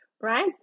Right